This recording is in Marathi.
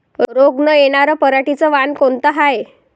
रोग न येनार पराटीचं वान कोनतं हाये?